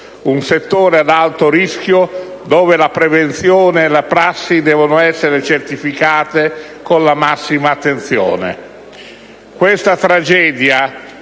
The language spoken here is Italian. un settore ad alto rischio dove la prevenzione e le prassi devono essere certificate con la massima attenzione.